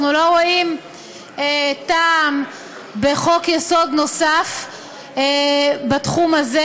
אנחנו לא רואים טעם בחוק-יסוד נוסף בתחום הזה.